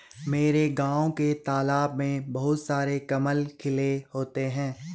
मेरे गांव के तालाब में बहुत सारे कमल खिले होते हैं